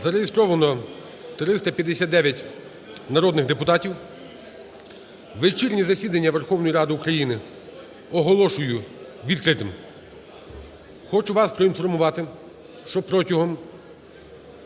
Зареєстровано 359 народних депутатів. Вечірнє засідання Верховної Ради України оголошую відкритим. Хочу вас проінформувати, що протягом